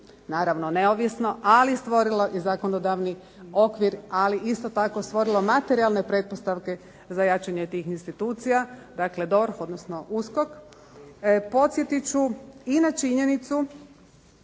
naravno neovisno, ali stvorilo i zakonodavni okvir, ali isto tako stvorilo materijalne pretpostavke za jačanje tih institucija. Dakle, DORH odnosno USKOK. Podsjetit ću i na činjenicu,